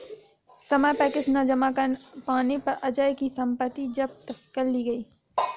समय पर किश्त न जमा कर पाने पर अजय की सम्पत्ति जब्त कर ली गई